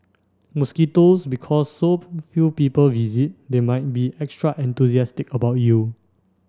mosquitoes Because so few people visit they might be extra enthusiastic about you